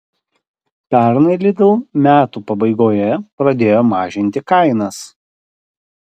pernai lidl metų pabaigoje pradėjo mažinti kainas